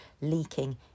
leaking